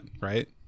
right